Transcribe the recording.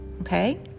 Okay